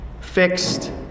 fixed